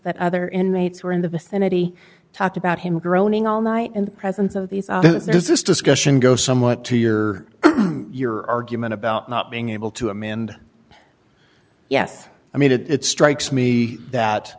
that other inmates were in the vicinity talked about him groaning all night in the presence of these officers this discussion goes somewhat to your your argument about not being able to amend yes i made it it strikes me that